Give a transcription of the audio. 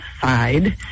side